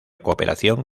cooperación